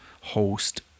host